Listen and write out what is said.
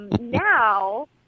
Now